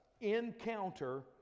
encounter